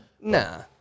Nah